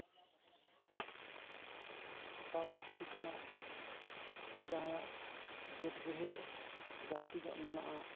ᱦᱟᱛᱟᱣ ᱞᱟᱹᱠᱛᱤ ᱠᱟᱱᱟ ᱥᱮ ᱡᱟᱦᱟᱸᱭᱟᱜ ᱵᱟᱹᱫᱽ ᱵᱟᱹᱭᱦᱟᱹᱲ ᱡᱟᱹᱥᱛᱤ ᱧᱚᱜ ᱢᱮᱱᱟᱜᱼᱟ